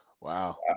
Wow